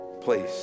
place